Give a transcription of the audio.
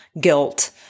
guilt